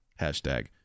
hashtag